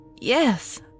yes